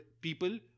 people